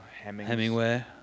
Hemingway